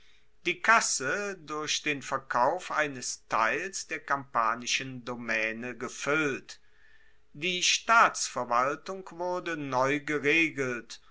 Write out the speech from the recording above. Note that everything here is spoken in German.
die kasse durch den verkauf eines teils der kampanischen domaene gefuellt die staatsverwaltung wurde neu geregelt